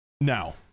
Now